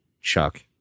Chuck